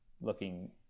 looking